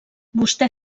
vostè